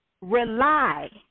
rely